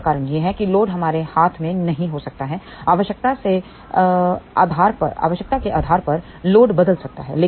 इसका कारण यह है कि लोड हमारे हाथ में नहीं हो सकता है आवश्यकता के आधार पर लोड बदल सकता है